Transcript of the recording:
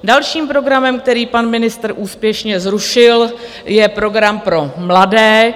Dalším programem, který pan ministr úspěšně zrušil, je program pro mladé.